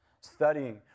studying